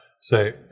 say